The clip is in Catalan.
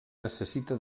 necessita